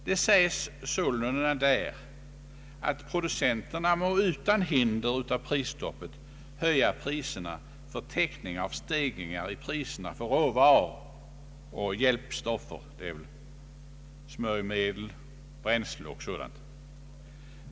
Det framhålles sålunda att producenterna må utan hinder av prisstoppet höja priserna för täckning av stegringar i priserna för råvaror och hjälpstoffer — smörjmedel, bränsle och liknande.